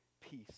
peace